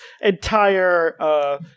entire